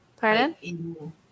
Pardon